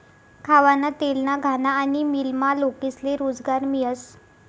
खावाना तेलना घाना आनी मीलमा लोकेस्ले रोजगार मियस